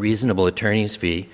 reasonable attorney's fee